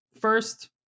First